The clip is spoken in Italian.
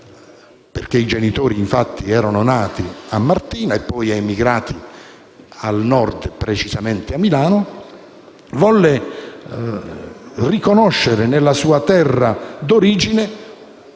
- i genitori erano nati a Martina e poi emigrati al Nord, precisamente a Milano - volle riconoscere nella sua terra d'origine